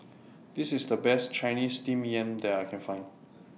This IS The Best Chinese Steamed Yam that I Can Find